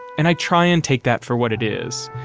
and i try and take that for what it is.